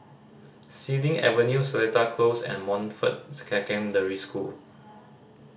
Xilin Avenue Seletar Close and Montfort Secondary School